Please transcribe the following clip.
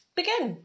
begin